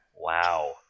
Wow